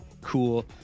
cool